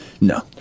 No